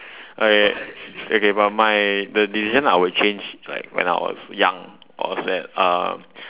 okay okay but my the decision I would change is like when I was young was at uh